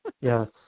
Yes